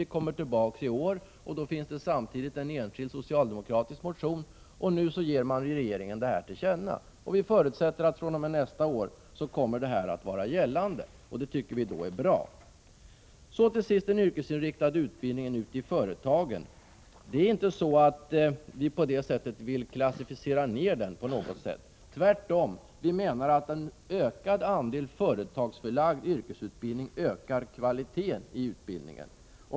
Vi kommer tillbaka i år, och då finns det samtidigt en enskild socialdemokratisk motion. Nu ger man regeringen detta till känna. Vi förutsätter att fr.o.m. nästa år kommer det förslaget att gälla, och det tycker vi är bra. Så till sist något om den yrkesinriktade utbildningen i företagen. Det är inte så att vi vill klassificera ner den på något sätt, tvärtom. Vi menar att en ökad andel företagsförlagd yrkesutbildning ökar kvaliteten i utbildningen.